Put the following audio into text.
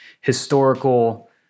historical